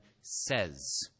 says